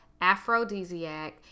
aphrodisiac